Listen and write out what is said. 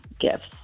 gifts